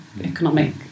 economic